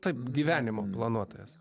taip gyvenimo planuotojas